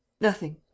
Nothing